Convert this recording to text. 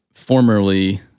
Formerly